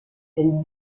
elle